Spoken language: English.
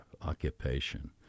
occupation